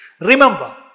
Remember